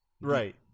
right